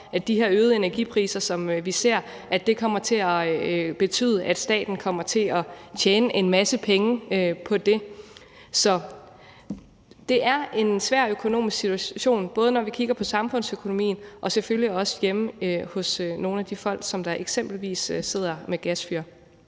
at de her øgede energipriser, som vi ser, kommer til at betyde, at staten kommer til at tjene en masse penge på det. Så det er en svær økonomisk situation, både når vi kigger på samfundsøkonomien og selvfølgelig også hjemme hos nogle af de folk, der eksempelvis sidder med gasfyr.